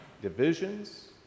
divisions